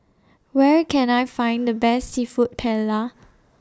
Where Can I Find The Best Seafood Paella